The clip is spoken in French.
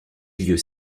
lieux